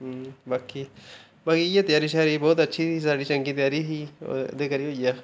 बाकी बाकी इ'यै त्यारी छयारी बोह्त अच्छी ही साढ़ी बड़ी चंगी त्यारी ही होर एह्दे करी होई गेआ